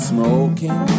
Smoking